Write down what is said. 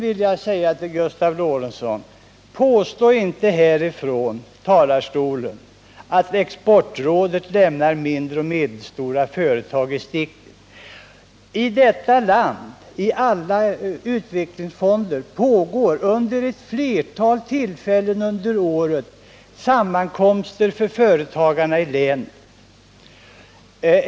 Till Gustav Lorentzon vill jag vidare säga: Påstå inte här i talarstolen att Exportrådet lämnar mindre och medelstora företag i sticket! I olika utveck lingsfonder i detta land förekommer vid ett flertal tillfällen under året sammankomster med företagarna i länet.